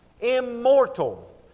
immortal